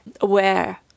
aware